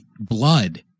blood